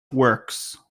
works